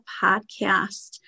podcast